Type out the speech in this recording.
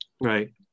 Right